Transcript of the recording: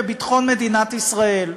בביטחון מדינת ישראל.